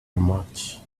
much